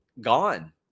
gone